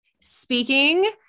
speaking